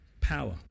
power